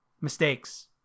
mistakes